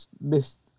missed